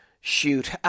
Shoot